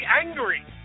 angry